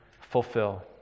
fulfill